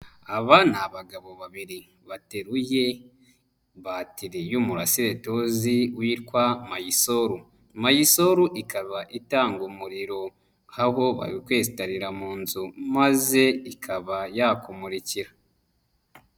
Aba ni abagabo babiri bateruye batiri y'umurasire tuzi witwa Mayisoru. Mayisoru ikaba itanga umuriro, aho bayikwesitarira mu nzu maze ikaba yakumurikira.